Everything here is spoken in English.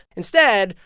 instead,